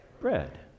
bread